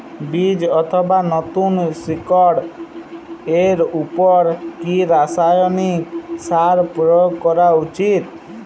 বীজ অথবা নতুন শিকড় এর উপর কি রাসায়ানিক সার প্রয়োগ করা উচিৎ?